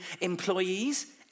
employees